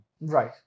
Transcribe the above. Right